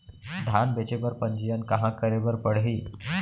धान बेचे बर पंजीयन कहाँ करे बर पड़ही?